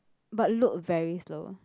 but load very slow